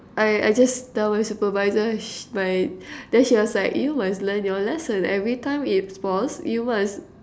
I I just tell my supervisor sh~ my then she was like you must learn your lesson every time it falls you must